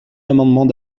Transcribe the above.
amendement